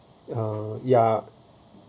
uh ya